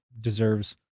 deserves